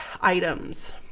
items